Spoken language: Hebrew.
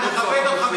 פעם אחת?